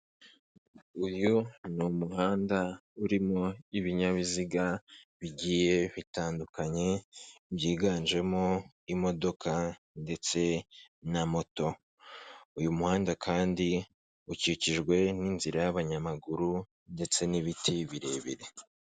Uyu ni umuhanda urimo ibinyabiziga bigiye bitandukanye byiganjemo imodoka ndetse na moto, uyu muhanda kandi ukikijwe n'inzira y'abanyamaguru ndetse n'ibiti birebire.